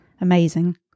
amazing